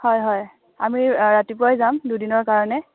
হয় হয় আমি ৰাতিপুৱাই যাম দুদিনৰ কাৰণে